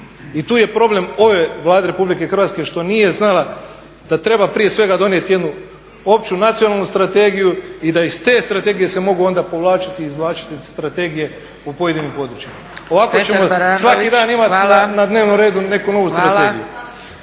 I tu je problem ove Vlade RH što nije znala da treba prije svega donijeti jednu opću nacionalnu strategiju i da iz te strategije se onda mogu povlačiti i izvlačiti strategije u pojedinim područjima, ovako ćemo svaki dan imati na dnevnom redu neku novu strategiju.